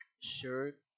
shirt